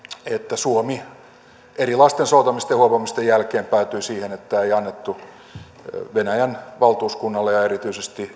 että suomi erilaisten soutamisten ja huopaamisten jälkeen päätyi siihen että ei annettu venäjän valtuuskunnalle ja erityisesti